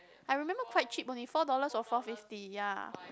I remember quite cheap only four dollars or four fifty ya